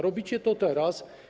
Robicie to teraz.